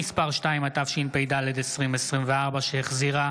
גביית קנסות ופיגורי תשלומים דרך המרכז לגביית קנסות),